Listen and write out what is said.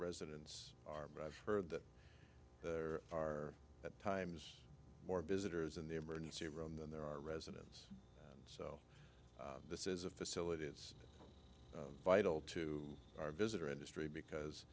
residents are but i've heard that there are at times more visitors in the emergency room than there are residents this is a facility it's vital to our visitor industry because